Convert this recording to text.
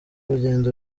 rugendo